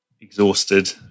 exhausted